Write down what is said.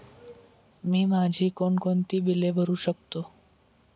मी माझी कोणकोणती बिले भरू शकतो?